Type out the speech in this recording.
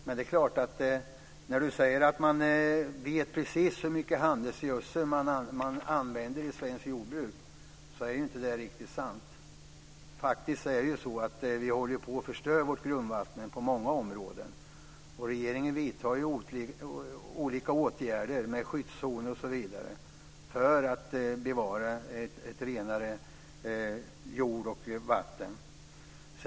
Men det är klart: När du säger att man vet precis hur mycket handelsgödsel man använder i svenskt jordbruk så är ju inte det riktigt sant. Faktiskt är det ju så att vi håller på och förstör vårt grundvatten på många områden, och regeringen vidtar ju olika åtgärder med skyddszoner osv. för att bevara renare jord och vatten.